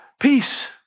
Peace